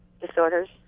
disorders